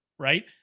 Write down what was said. right